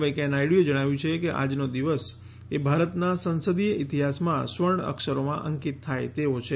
વૈંકેયા નાયડુએ જણાવ્યું છે કે આજનો દિવસ એ ભારતના સંસદીય ઈતિહાસમાં સ્વર્ણઅક્ષરોમાં અંકિત થાય તેવો છે